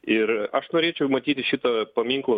ir aš norėčiau matyti šito paminklo